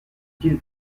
kid